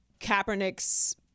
Kaepernick's